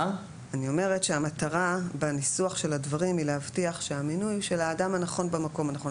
המטרה בניסוח של הדברים היא להבטיח שהמינוי של האדם הנכון במקום הנכון.